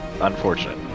unfortunate